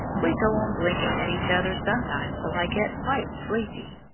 we go on blinking at each other sometimes till i get quite sleepy.